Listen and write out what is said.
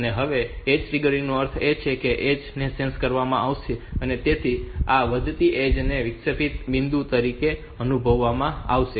હવે ઍજ ટ્રિગરનો અર્થ એ છે કે ઍજ ને સેન્સ કરવામાં આવશે તેથી આ વધતી ઍજ ને વિક્ષેપિત બિંદુ તરીકે અનુભવવામાં આવશે